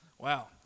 Wow